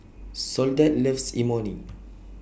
Soledad loves Imoni